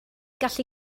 gallu